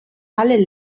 alle